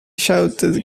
shouted